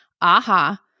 Aha